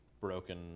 broken